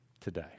today